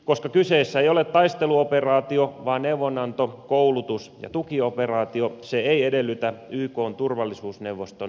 koska kyseessä ei ole taisteluoperaatio vaan neuvonanto koulutus ja tukioperaatio se ei edellytä ykn turvallisuusneuvoston mandaattia